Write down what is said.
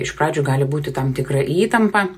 iš pradžių gali būti tam tikra įtampa